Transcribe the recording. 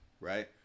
right